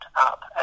up